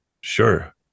Sure